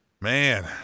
Man